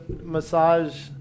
massage